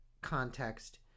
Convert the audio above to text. context